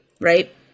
right